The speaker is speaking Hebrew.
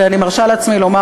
ואני מרשה לעצמי לומר,